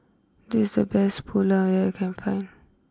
this is the best Pulao that I can find